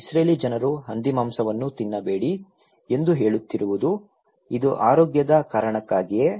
Israeli ಜನರು ಹಂದಿಮಾಂಸವನ್ನು ತಿನ್ನಬೇಡಿ ಎಂದು ಹೇಳುತ್ತಿರುವುದು ಇದು ಆರೋಗ್ಯದ ಕಾರಣಕ್ಕಾಗಿಯೇ